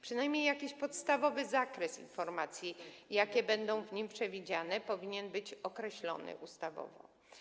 Przynajmniej jakiś podstawowy zakres informacji, jakie będą w nim przewidziane, powinien być określony ustawowo.